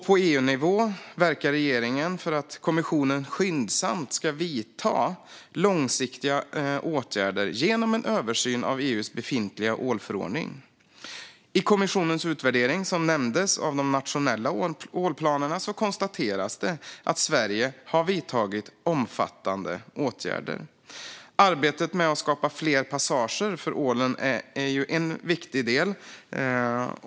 På EU-nivå verkar regeringen för att kommissionen skyndsamt ska vidta långsiktiga åtgärder genom en översyn av EU:s befintliga ålförordning. I kommissionens utvärdering av de nationella ålplanerna konstateras att Sverige har vidtagit omfattande åtgärder. Arbetet med att skapa fler passager för ålen är en viktig del.